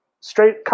straight